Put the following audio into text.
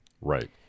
Right